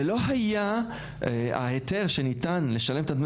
זה לא היה ההיתר שניתן לשלם את דמי